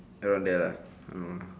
around there lah I don't know